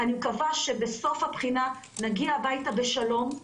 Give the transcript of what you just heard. אני מקווה שבסוף הבחינה נגיע הביתה בשלום,